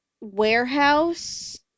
warehouse